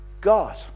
God